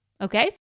okay